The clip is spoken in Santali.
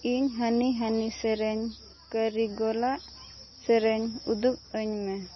ᱤᱧ ᱦᱚᱱᱤ ᱦᱚᱱᱤ ᱥᱮᱨᱮᱧ ᱠᱟᱹᱨᱤᱜᱚᱞᱟᱜ ᱥᱮᱨᱮᱧ ᱩᱫᱩᱜ ᱟᱹᱧ ᱢᱮ